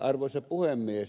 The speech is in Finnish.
arvoisa puhemies